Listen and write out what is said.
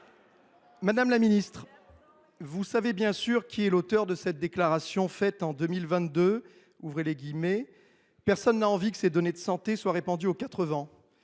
Madame la secrétaire d’État, vous savez bien sûr qui est l’auteur de cette déclaration faite en 2022 :« Personne n’a envie que ses données de santé soient répandues aux